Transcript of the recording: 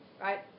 right